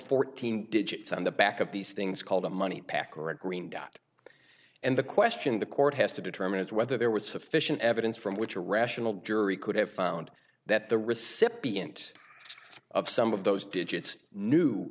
fourteen digits on the back of these things called a money pack or a green dot and the question the court has to determine is whether there was sufficient evidence from which a rational jury could have found that the recipient of some of those digits knew